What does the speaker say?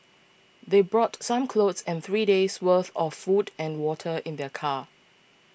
they brought some clothes and three days' worth of food and water in their car